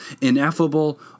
ineffable